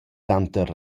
tanter